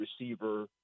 receiver